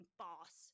boss